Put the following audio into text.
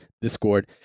discord